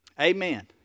Amen